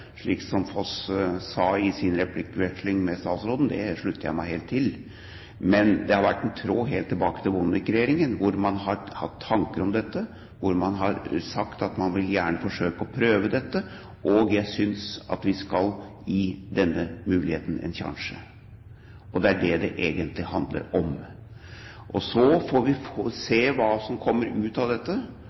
slik som Foss sa i sin replikkveksling med statsråden – det slutter jeg meg helt til. Men det har vært en tråd helt tilbake til Bondevik-regjeringen, hvor man har hatt tanker om dette, og hvor man har sagt at man gjerne vil forsøke dette. Og jeg synes at vi skal gi dette en sjanse. Det er det det egentlig handler om. Så får vi se hva som kommer ut av dette,